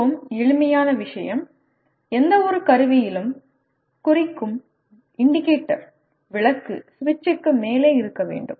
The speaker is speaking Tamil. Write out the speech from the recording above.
மிகவும் எளிமையான விஷயம் எந்தவொரு கருவியிலும் குறிக்கும் விளக்கு சுவிட்சுக்கு மேலே இருக்க வேண்டும்